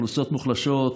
אוכלוסיות מוחלשות,